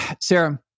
Sarah